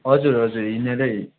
हजुर हजुर हिँडेरै